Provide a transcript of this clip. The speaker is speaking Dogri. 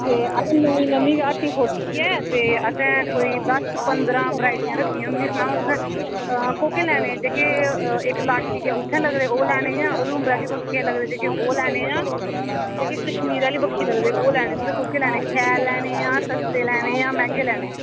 ते असें नमीं नमीं हट्टी खोली ऐ ते असें कोई दस पंदरां वैरायटियां रक्खी दियां ते मिगी सनाओ हां तुसें कोह्के लैने जेह्के इक लाटी ऐ उत्थै लगदे ओह् लैने जा उधमपुर आह्ली बक्खिया लगदे ओह् लैने जां जेह्के कशमीर आह्ली बक्खिया लगदे ओह् लैने तुसें कोह्के लैने शैल लैने जां सस्ते लैने जां मैंह्गे लैने